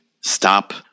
stop